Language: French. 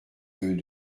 eux